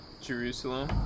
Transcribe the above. Jerusalem